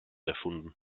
erfunden